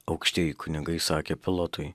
aukštieji kunigai sakė pilotui